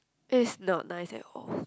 it's not nice at all